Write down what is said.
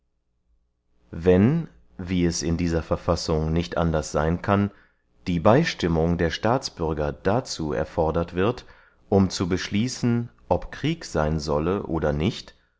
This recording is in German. wenn wie es in dieser verfassung nicht anders seyn kann die beystimmung der staatsbürger dazu erfordert wird um zu beschließen ob krieg seyn solle oder nicht